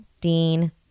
Dean